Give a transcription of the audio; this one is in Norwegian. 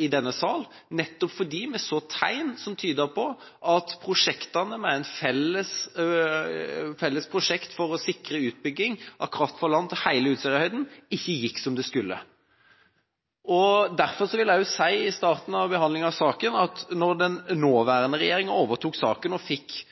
i denne salen, nettopp fordi vi så tegn som tydet på at prosjektene, med et felles prosjekt for å sikre utbygging av kraft fra land til hele Utsirahøyden, ikke gikk som det skulle. Derfor vil jeg også si, i starten av behandlinga av saken, at når den nåværende regjeringa overtok saken og fikk